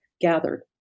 gathered